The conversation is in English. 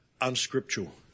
unscriptural